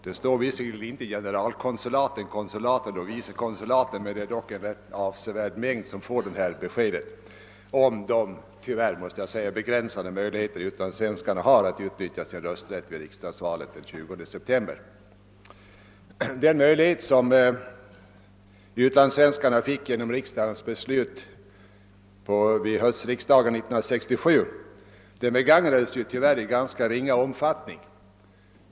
Det står visserligen inte generalkonsulaten, konsulaten och vicekonsulaten i svaret utan det står beskickningar och vissa konsulat. Det är dock en avsevärd mängd institutioner som får besked om de, tyvärr begränsade, möjligheter som utlandssvenskarna har att utöva sin rösträtt vid riksdagsvalet den 20 september. Den möjlighet som utlandssvenskarna fick genom riksdagens beslut hösten 1967 begagnade de sig tyvärr av i ganska ringa omfattning.